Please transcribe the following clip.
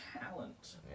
talent